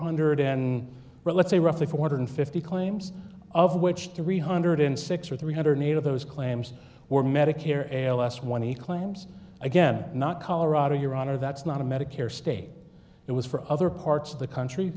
hundred and let's say roughly four hundred and fifty claims of which three hundred in sick three hundred and eight of those claims were medicare ls one he claims again not colorado your honor that's not a medicare state it was for other parts of the countr